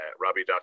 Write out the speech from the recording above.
Robbie